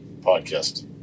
podcast